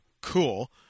Cool